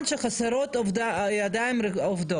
יש הרבה מאוד משרות שאפשר לעשות הכשרה מקצועית ובן אדם מתפרנס בכבוד.